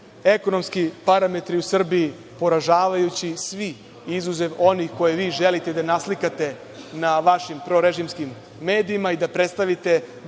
ekonomski parametri u Srbiji poražavajući svi, izuzev onih koje vi želite da naslikate na vašim prorežimskim medijima i da predstavite